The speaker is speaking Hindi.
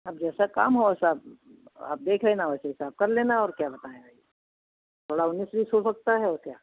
अब जैसा काम हो वैसा आप देख लेना उस हिसाब से कर लेना और क्या बताए भाई थोड़ा उन्नीस बीस हो सकता है और क्या